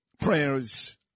prayers